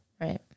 right